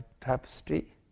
tapestry